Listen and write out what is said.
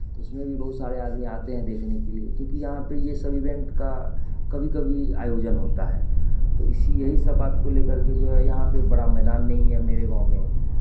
उसमें भी बहुत सारे आदमी आते हैं देखने के लिए क्यूंकि यहाँ पे ये सब इवेंट का कभी कभी आयोजन होता है तो इसी यही सब बात को ले करके जो है यहाँ पे बड़ा मैदान नहीं है मेरे गाँव में